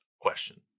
question